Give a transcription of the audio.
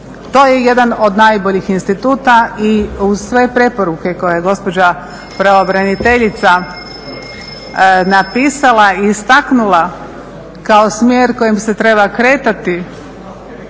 To je jedan od najboljih instituta i uz sve preporuke koje je gospođa pravobraniteljica napisala i istaknula kao smjer kojim se treba kretati